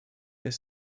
ist